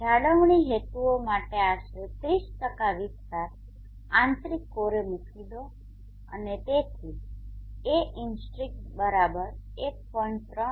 જાળવણી હેતુઓ માટે આશરે 30 વિસ્તાર આંતરિક કોરે મૂકી દો અને તેથી Aintrinsic1